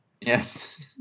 Yes